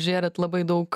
žėrėt labai daug